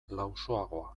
lausoagoa